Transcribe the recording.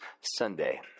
sunday